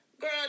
girl